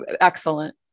excellent